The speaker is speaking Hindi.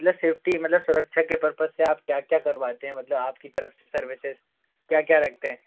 मतलब सेफ्टी मतलब सुरक्षा के पर्पस से आप क्या क्या करवाते हैं मतलब आपकी तरफ़ से सर्विसेस क्या क्या रखते हैं